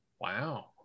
wow